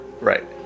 right